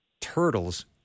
turtles